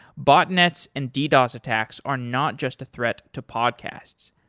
botnets and ddos attacks are not just a threat to podcasts.